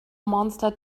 monster